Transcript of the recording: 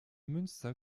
münster